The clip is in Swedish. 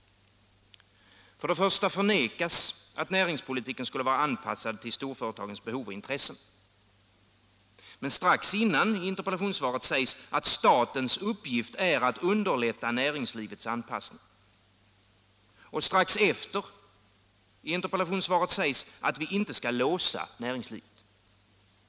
För det första förnekas att näringspolitiken skulle vara anpassad till storföretagens behov och intressen. Strax innan i interpellationssvaret sägs att statens uppgift är att underlätta näringslivets anpassning. Och strax efteråt sägs i interpellationssvaret att vi inte skall låsa näringslivet.